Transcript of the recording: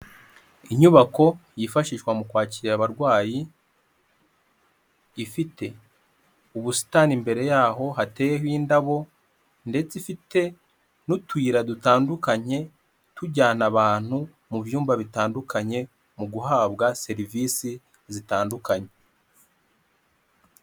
Inyubako yifashishwa mu kwakira abarwayi, ifite ubusitani mbere yaho hateyeho indabo ndetse ifite n'utuyira dutandukanye tujyana abantu mu byumba bitandukanye mu guhabwa serivisi zitandukanye.